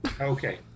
Okay